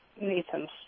Nathan's